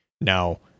Now